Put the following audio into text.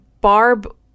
Barb